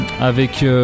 avec